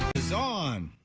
is on.